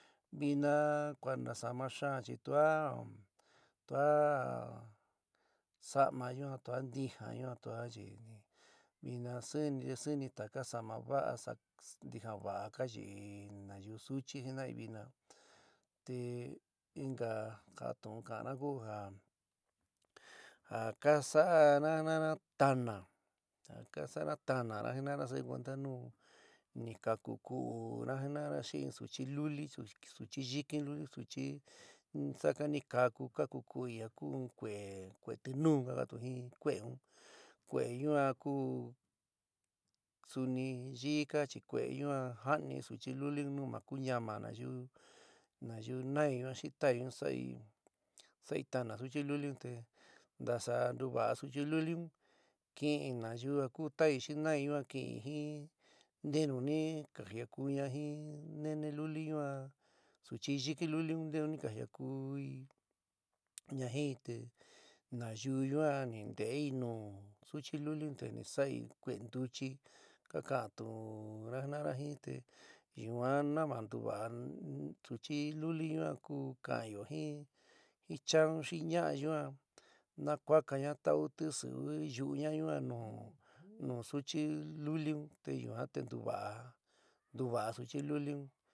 Vina kua nasaáma xaán chi tua tua sa'ama yuán, tua ntijaá ñuan tua chi vina sɨɨn'i sɨɨn'i taka sa'ama va'a ntijaá va'a ka yíi nayú suchi jina'ai vina, te inka ja tu'ún ka'anna ku ja ja ka sa'ana jina'ana tana ja ka sa'ana tananá jina'ána sa'ayo cuenta nu ni ka ku ku'una jinana xi in suchi luli, suchi yɨkɨ luli, suchi in saka ni kaku, ka ku ku'ɨ ja ku in kue'é kue'é tinú ka ka'antu ji kue'é un, kue'é yuan ku suni yɨí kaá chi kue'é yuan ja'ani suchi luli un nu ma kuñama nayu nayu na'i xi ta'i sai sai tána suchi lulite ntasa ntuva'a suchi luli un: kɨin nayú ja ku ta'i xi na'i ñua kɨin jin ntenú ni ka jiakuña jin nene luli yuan suchi yiki luli un ntenu ni jiakuí ña jií te nayu yuan ni ntei nu suchi luli un te sa'i kue'é ntuchi ka ka'antuna jina'ana jin te yuan nava ntuva'a suchi luli yuan ku ka'an'i jin chaa un xi ñaa yuan, na kuákaña tau tisɨwi yu'uña yuan nu nuú suchi luli un te yuan te ntuva'a, ntuva'a suchi luli unn.